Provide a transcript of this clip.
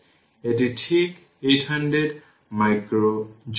এটা ঠিক 800 micro joule